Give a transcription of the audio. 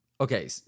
Okay